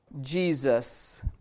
Jesus